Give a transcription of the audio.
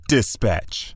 Dispatch